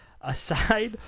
Aside